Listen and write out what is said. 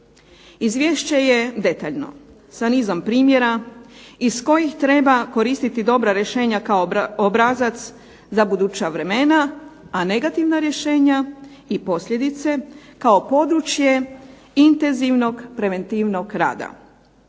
Izvješće je detaljno, da nizom primjera iz kojih treba koristiti dobra rješenja kao obrazac, za buduća vremena, a negativna rješenja i posljedice kao područje intenzivnog preventivnog rada.